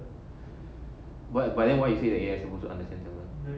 what but then why you say the A_I supposed to understand tamil